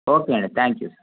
okay అండి thank you